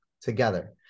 together